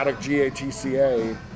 G-A-T-C-A